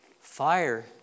Fire